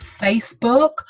Facebook